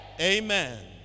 Amen